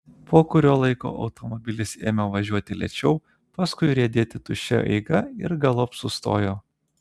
po kurio laiko automobilis ėmė važiuoti lėčiau paskui riedėti tuščia eiga ir galop sustojo